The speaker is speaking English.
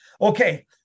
Okay